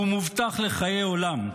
והוא מובטח לחיי עולם.